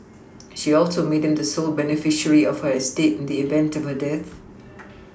she also made him the sole beneficiary of her estate the event of her death